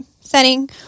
setting